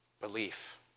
Belief